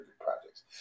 projects